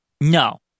No